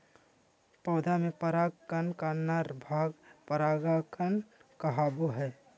पौधा में पराग कण का नर भाग परागकण कहावो हइ